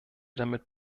damit